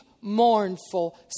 mournful